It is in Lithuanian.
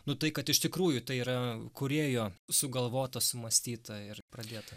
nu tai kad iš tikrųjų tai yra kūrėjo sugalvota sumąstyta ir pradėta